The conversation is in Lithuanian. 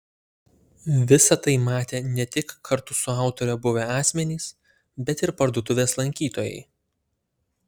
visa tai matė ne tik kartu su autore buvę asmenys bet ir parduotuvės lankytojai